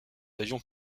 avions